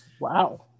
wow